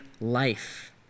life